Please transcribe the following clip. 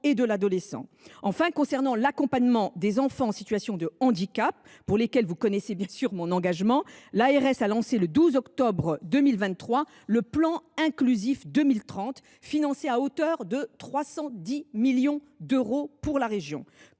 et de l’adolescent. Enfin, concernant l’accompagnement des enfants en situation de handicap, pour lesquels vous connaissez mon engagement, l’ARS a lancé le 12 octobre 2023 le plan Inclus’IF 2030, financé à hauteur de 310 millions d’euros par la région.